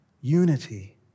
Unity